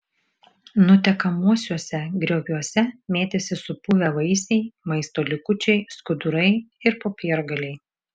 nutekamuosiuose grioviuose mėtėsi supuvę vaisiai maisto likučiai skudurai ir popiergaliai